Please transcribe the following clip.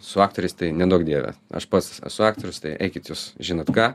su aktoriais tai neduok dieve aš pats esu aktorius tai eikit jūs žinot ką